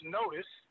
notice